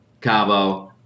Cabo